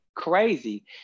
Crazy